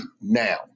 now